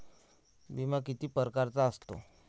बिमा किती परकारचा असतो?